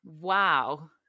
Wow